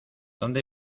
dónde